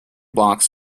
blocks